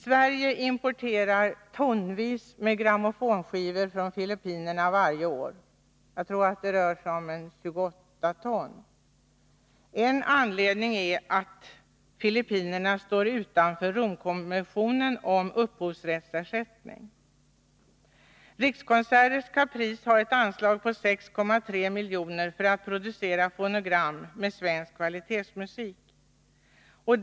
Sverige importerar varje år tonvis med grammofonskivor från Filippinerna — jag tror att det rör sig om 28 ton. En anledning är att Filippinerna står utanför Romkonventionen om upphovsrättsersättning. Rikskonserters Caprice har ett anslag på 6,3 milj.kr. för att producera fonogram med svensk kvalitetsmusik.